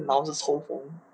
脑子抽风